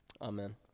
Amen